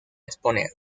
exponer